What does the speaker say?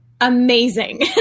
Amazing